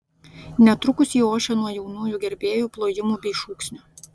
netrukus ji ošė nuo jaunųjų gerbėjų plojimų bei šūksnių